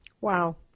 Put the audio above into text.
Wow